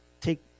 take